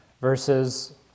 versus